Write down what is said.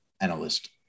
analyst